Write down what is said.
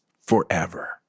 forever